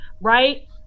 right